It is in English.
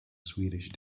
swedish